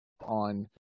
on